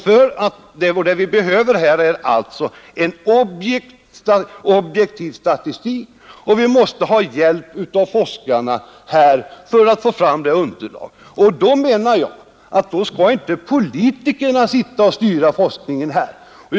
Vad vi behöver är alltså objektiv statistik, och vi måste ha hjälp av forskarna för att få fram ett underlag härför. Då skall inte politikerna sitta och styra forskningen.